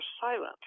silent